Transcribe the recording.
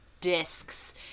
discs